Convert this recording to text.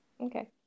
Okay